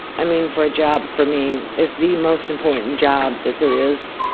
i mean, for a job for me is the most important job that there is